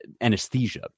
anesthesia